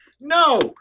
No